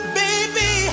baby